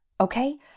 okay